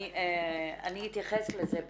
אני אתייחס לזה בסיכום,